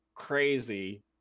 crazy